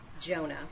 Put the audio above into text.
Jonah